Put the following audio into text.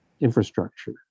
infrastructure